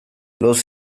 los